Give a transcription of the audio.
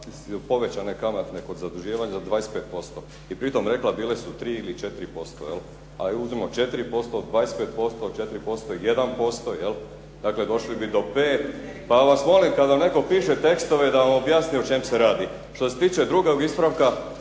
povećane kamate kod zaduživanja za 25% i pri tome rekla bile su 3 ili 4%. Ajde uzmimo 4%, od 25%, 4% je 1%, dakle došli bi do 5 pa vas molim kada vam netko piše tekstove da vam objasni o čemu se radi, što se tiče drugog ispravka